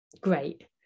great